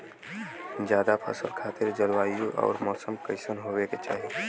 जायद फसल खातिर जलवायु अउर मौसम कइसन होवे के चाही?